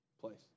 place